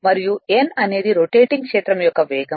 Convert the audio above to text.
మరియు n అనేది rotating క్షేత్రం యొక్క వేగం